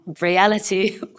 reality